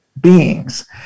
beings